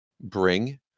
bring